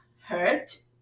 hurt